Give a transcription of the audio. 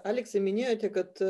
aleksai minėjote kad